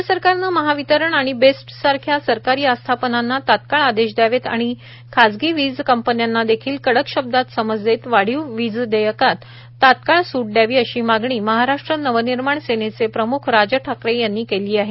राज्य सरकारनं महावितरण आणि बेस्ट सारख्या सरकारी आस्थापनांना तात्काळ आदेश दयावेत आणि खासगी वीज कंपन्यांना देखील कडक शब्दांत समज देत वाढीव वीजदेयकात तात्काळ सूट द्यावी अशी मागणी महाराष्ट्र नवनिर्माण सेनेचे प्रम्ख राज ठाकरे यांनी केली आहे